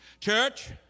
Church